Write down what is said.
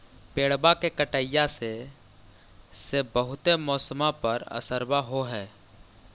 पेड़बा के कटईया से से बहुते मौसमा पर असरबा हो है?